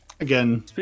Again